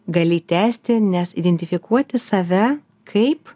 gali tęsti nes identifikuoti save kaip